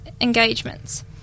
engagements